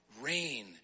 rain